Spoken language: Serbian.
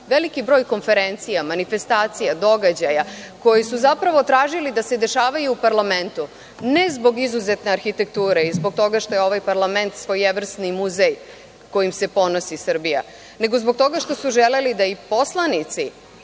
veliki broj konferencija, manifestacija, događaja, koji su zapravo tražili da se dešavaju u parlamentu, ne zbog izuzetne arhitekture, i zbog toga što je ovaj parlament svojevrsni muzej kojim se ponosi Srbija, nego zbog toga što su želeli da i poslanici